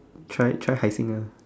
try try Hai-Seng ah